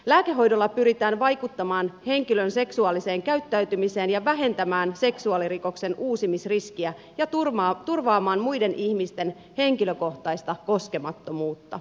lääkehoidolla pyritään vaikuttamaan henkilön seksuaaliseen käyttäytymiseen ja vähentämään seksuaalirikoksen uusimisriskiä ja turvaamaan muiden ihmisten henkilökohtaista koskemattomuutta